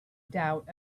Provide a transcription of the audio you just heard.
doubt